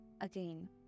...again